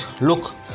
look